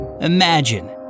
Imagine